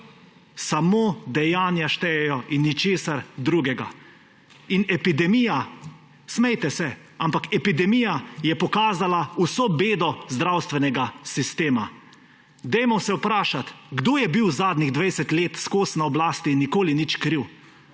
Samo dejanja štejejo in nič drugega. In epidemija, smejte se, ampak epidemija je pokazala vso bedo zdravstvenega sistema. Vprašajmo se, kdo je bil zadnjih 20 let vedno na oblasti in nikoli nič kriv.